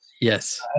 yes